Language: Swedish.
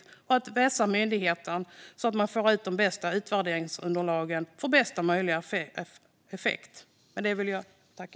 Det är viktigt att man vässar myndigheten så att man får de bästa utvärderingsunderlagen för bästa möjliga effekt.